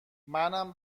منم